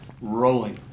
rolling